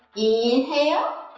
inhale,